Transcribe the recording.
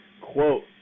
quote